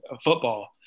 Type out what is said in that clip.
football